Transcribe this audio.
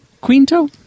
Quinto